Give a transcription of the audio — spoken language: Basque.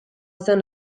zen